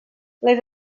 les